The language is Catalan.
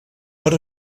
per